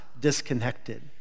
disconnected